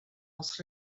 els